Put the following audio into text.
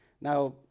Now